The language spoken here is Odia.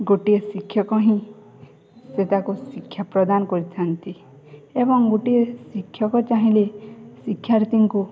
ଗୋଟିଏ ଶିକ୍ଷକ ହିଁ ସେ ତା'କୁ ଶିକ୍ଷା ପ୍ରଦାନ କରିଥାନ୍ତି ଏବଂ ଗୋଟିଏ ଶିକ୍ଷକ ଚାହିଁଲେ ଶିକ୍ଷାର୍ଥୀଙ୍କୁ